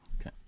Okay